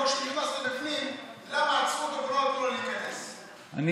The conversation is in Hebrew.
אתמול כשהוא נכנס פנימה,